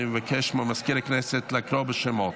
אני מבקש ממזכיר הכנסת לקרוא בשמות.